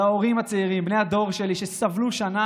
ולהורים הצעירים בני הדור שלי שסבלו שנה